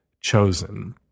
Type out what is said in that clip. chosen